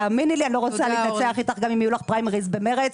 אני לא רוצה להתנצח איתך גם אם יהיו לך פריימריז במרצ,